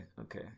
okay